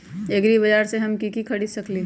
एग्रीबाजार से हम की की खरीद सकलियै ह?